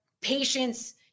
patience